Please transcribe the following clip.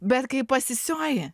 bet kai pasisioji